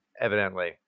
evidently